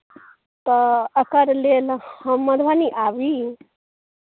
तऽ एकर लेल हम मधुबनी आबी